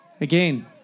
Again